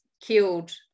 killed